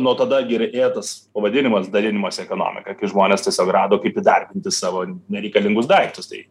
nuo tada girdėtas pavadinimas dalinimosi ekonomika kai žmonės tiesiog rado kaip įdarbinti savo nereikalingus daiktus tai